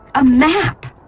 a map